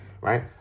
right